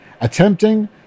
attempting